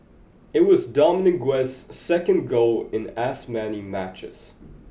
it was Dominguez's second goal in as many matches